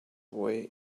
way